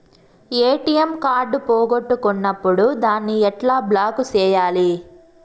ATM card పోగొట్టుకున్నప్పుడు దాన్ని ఎట్లా బ్లాక్ సేయాలి